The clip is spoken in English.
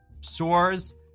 stores